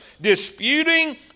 disputing